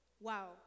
Wow